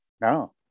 No